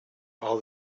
all